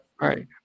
Right